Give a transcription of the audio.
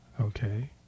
Okay